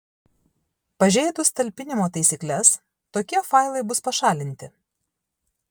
pažeidus talpinimo taisykles tokie failai bus pašalinti